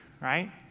right